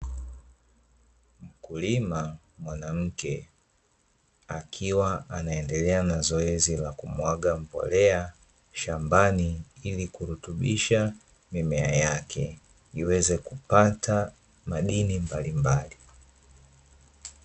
Mkulima mwanamke akiwa anaendelea na zoezi la kumwaga mbolea shambani, ili kurutubisha mimea yake iweze kupata madini mbalimbali.